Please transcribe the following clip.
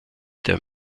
der